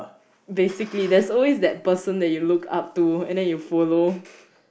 basically there is always that person that you look up to and then you follow